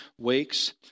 wakes